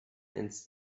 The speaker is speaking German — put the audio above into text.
ins